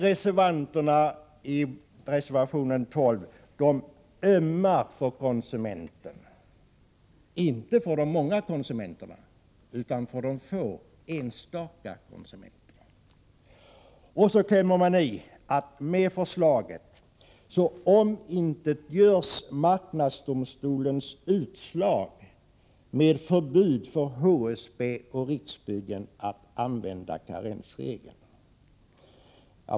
Reservanterna i reservation 12 säger sig ömma för konsumenten — inte för de många konsumenterna, utan för de få, enstaka konsumenterna. Och så klämmer man i med att det socialdemokratiska förslaget omintetgör marknadsdomstolens utslag när det gäller förbud för HSB och Riksbyggen att använda karensregeln.